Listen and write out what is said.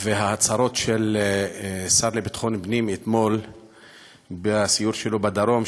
וההצהרות של השר לביטחון פנים אתמול בסיור שלו בדרום,